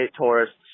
tourists